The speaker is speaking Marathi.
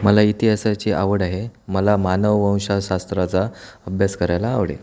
मला इतिहासाची आवड आहे मला मानव वंशशास्त्राचा अभ्यास करायला आवडेल